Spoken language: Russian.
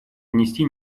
внести